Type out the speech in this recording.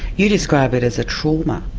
you describe it as a trauma.